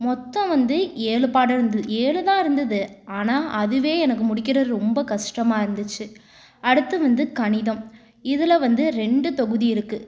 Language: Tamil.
மொத்தம் வந்து ஏழு பாடருந்தது ஏழு தான் இருந்தது ஆனால் அதுவே எனக்கு முடிக்கிறது ரொம்ப கஷ்டமாக இருந்துச்சு அடுத்து வந்து கணிதம் இதில் வந்து ரெண்டு தொகுதி இருக்குது